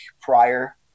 prior